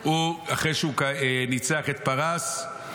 אחרי שהוא ניצח את פרס,